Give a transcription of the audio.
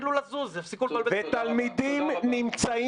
ותלמידים נמצאים